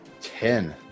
Ten